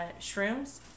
shrooms